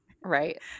Right